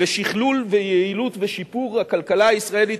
תהיה תרומה מרכזית לשכלול ויעילות ושיפור הכלכלה הישראלית.